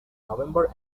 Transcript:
november